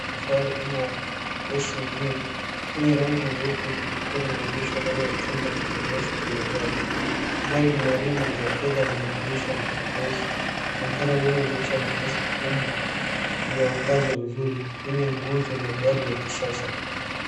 Gari la kifahari haina ya SUV yenye rangi nyeupe lilikua limeengeshwa ndani yachumba cha maengesho cha magari. Gari la fedha mandirisha meusi, madhara ya nyuma inaonyesha nafasi kubwa iliongaza vizuri kwenye nguzo la gari la kisasa.